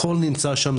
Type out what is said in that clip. הכול נמצא שם,